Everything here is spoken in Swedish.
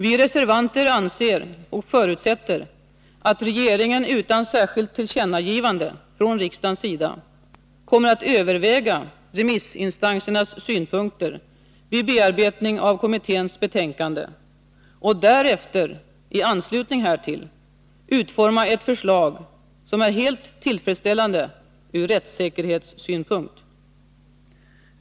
Vi reservanter förutsätter att regeringen utan särskilt tillkännagivande från riksdagens sida kommer att överväga remissinstansernas synpunkter vid bearbetning av kommitténs betänkande och därefter i anslutning härtill utformar ett förslag som är helt tillfredsställande ur rättssäkerhetssynpunkt.